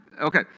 Okay